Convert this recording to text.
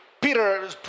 Peter